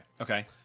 Okay